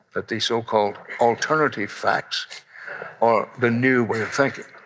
that the so-called alternative facts are the new way of thinking.